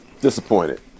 Disappointed